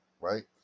right